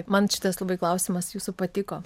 man šitas labai klausimas jūsų patiko